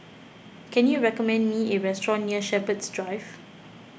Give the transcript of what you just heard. can you recommend me a restaurant near Shepherds Drive